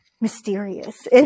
mysterious